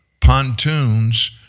pontoons